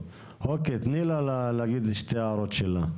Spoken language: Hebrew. אוקיי, תני לה להגיד את שתי ההערות שלה.